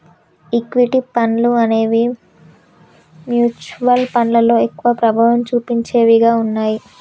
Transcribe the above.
equity ఫండ్లు అనేవి mutual ఫండ్లలో ఎక్కువ ప్రభావం చుపించేవిగా ఉన్నయ్యి